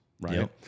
right